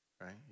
right